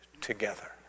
together